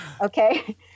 Okay